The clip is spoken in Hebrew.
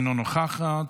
אינה נוכחת,